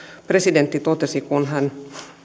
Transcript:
presidentti totesi kun hän